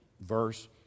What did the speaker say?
verse